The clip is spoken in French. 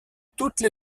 toutes